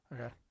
Okay